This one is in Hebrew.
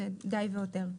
זה די והותר.